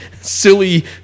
silly